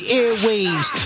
airwaves